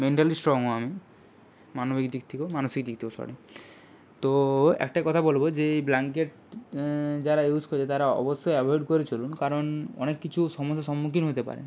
mentally স্ট্রংও আমি মানবিক দিক থেকেও মানসিক দিক থেকেও সরি তো একটাই কথা বলবো যে এই ব্লাঙ্কেট যারা ইউস করছে তারা অবশ্যই অ্যাভোয়েড করে চলুন কারণ অনেক কিছু সমস্যার সম্মুখীন হতে পারেন